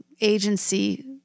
agency